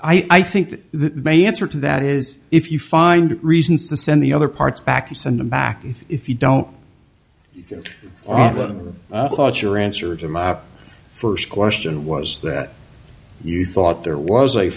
back i think that they answer to that is if you find reasons to send the other parts back you send them back if you don't because your answer to my first question was that you thought there was a